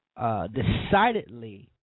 Decidedly